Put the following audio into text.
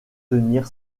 tenir